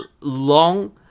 long